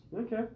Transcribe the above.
Okay